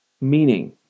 meaning